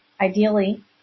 ideally